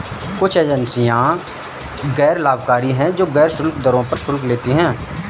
कुछ एजेंसियां गैर लाभकारी हैं, जो गैर शुल्क दरों पर शुल्क लेती हैं